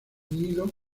nido